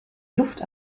luft